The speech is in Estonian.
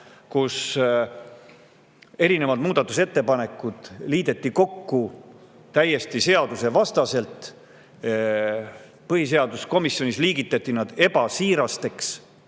sest erinevad muudatusettepanekud liideti kokku täiesti seadusevastaselt. Põhiseaduskomisjonis liigitati nad ebasiirasteks